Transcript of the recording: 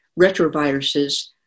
retroviruses